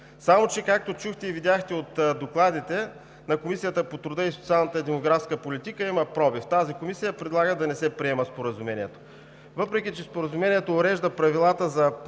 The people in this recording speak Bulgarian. Само че, както чухте и видяхте от докладите на Комисията по труда, социалната и демографската политика, има пробив – тази Комисия предлага да не се приема Споразумението. Въпреки че Споразумението урежда правилата за търговия